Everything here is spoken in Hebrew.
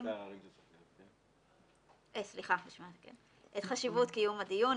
את חשיבות קיום הדיון,